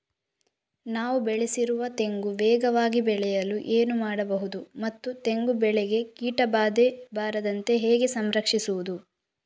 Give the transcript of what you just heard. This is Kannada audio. ನಾನು ಬೆಳೆಸಿರುವ ತೆಂಗು ವೇಗವಾಗಿ ಬೆಳೆಯಲು ಏನು ಮಾಡಬಹುದು ಮತ್ತು ತೆಂಗು ಬೆಳೆಗೆ ಕೀಟಬಾಧೆ ಬಾರದಂತೆ ಹೇಗೆ ಸಂರಕ್ಷಿಸುವುದು?